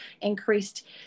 increased